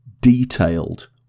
detailed